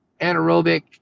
anaerobic